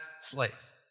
slaves